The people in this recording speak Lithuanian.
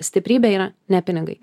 stiprybė yra ne pinigai